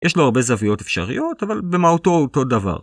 יש לו הרבה זוויות אפשריות, אבל במהותו הוא אותו דבר.